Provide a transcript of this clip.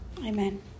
Amen